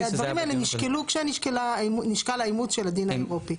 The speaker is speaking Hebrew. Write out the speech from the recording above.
הדברים האלה נשקלו כשנשקל האימוץ של הדין האירופי.